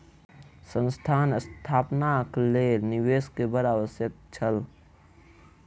संस्थान स्थापनाक लेल निवेश के बड़ आवश्यक छल